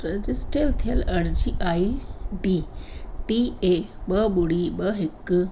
register थियल अर्ज़ी I D टी ए ॿ ॿुड़ी ॿ हिकु